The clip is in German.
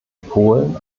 polen